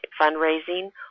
fundraising